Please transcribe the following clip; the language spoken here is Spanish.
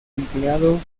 empleado